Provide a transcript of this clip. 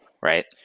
right